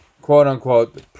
quote-unquote